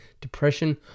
Depression